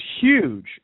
huge